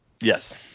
Yes